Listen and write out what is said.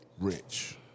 Rich